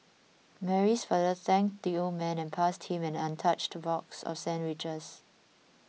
Mary's father thanked the old man and passed him an untouched box of sandwiches